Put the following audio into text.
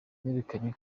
yerekanye